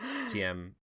tm